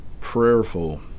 prayerful